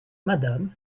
madame